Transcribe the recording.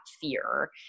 fear